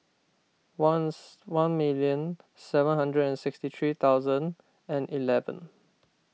once one million seven hundred and sixty three thousand and eleven